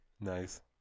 Nice